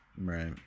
right